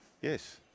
Yes